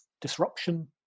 disruption